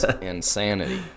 insanity